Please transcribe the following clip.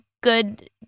good